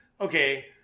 okay